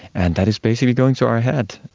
and that is basically going to our head.